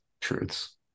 truths